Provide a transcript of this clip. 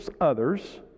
others